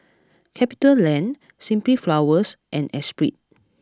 Capita Land Simply Flowers and Espirit